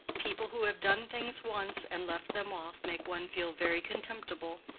people who have done things once and left them off make one feel very contemptible,